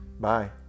Bye